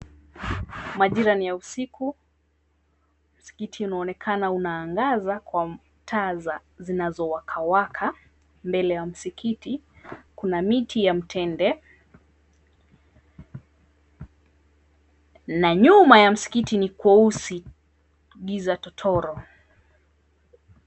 Majira ni ya usiku, mskiti unaonekana unaangaza kwa taa zinazowaka-waka. Mbele ya mskiti kuna miti ya mtende, na nyuma ya mskiti ni kweusi, giza totoro.